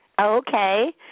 Okay